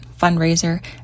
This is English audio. fundraiser